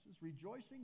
rejoicing